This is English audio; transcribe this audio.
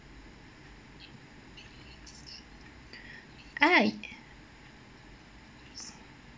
I